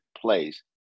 place